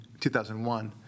2001